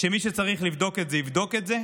שמי שצריך לבדוק את זה יבדוק את זה,